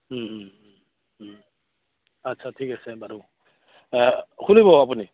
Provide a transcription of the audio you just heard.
আচ্ছা ঠিক আছে বাৰু খুলিব আপুনি